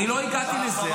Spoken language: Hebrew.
אני לא הגעתי לזה.